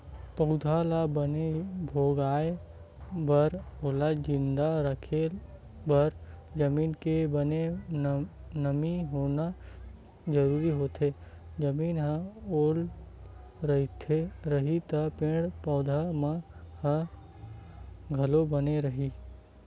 पउधा ल बने भोगाय बर ओला जिंदा रखे बर जमीन के बने नमी होना जरुरी होथे, जमीन ह ओल रइही त पेड़ पौधा मन ह घलो बने रइही